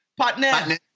Partner